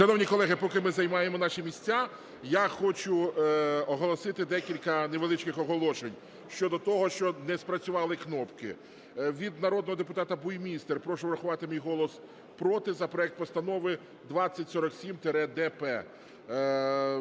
Шановні колеги, поки ми займаємо наші місця, я хочу оголосити декілька невеличких оголошень щодо того, що не спрацювали кнопки. Від народного депутата Буймістер: "Прошу врахувати мій голос "проти" за проект Постанови 2047-д-П".